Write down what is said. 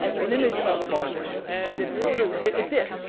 an image of a barbell? and it sort of it did.